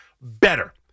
better